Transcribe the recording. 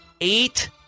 eight